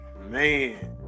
man